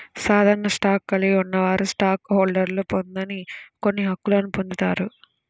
సాధారణ స్టాక్ను కలిగి ఉన్నవారు స్టాక్ హోల్డర్లు పొందని కొన్ని హక్కులను పొందుతారు